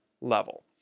level